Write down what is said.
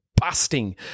busting